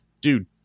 dude